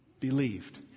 believed